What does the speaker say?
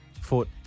foot